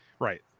Right